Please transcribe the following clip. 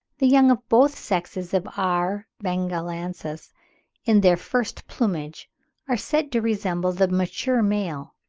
the young of both sexes of r. bengalensis in their first plumage are said to resemble the mature male.